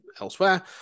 elsewhere